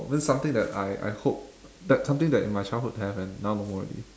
means something that I I hope that something that in my childhood have and now no more already